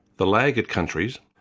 the laggard countries,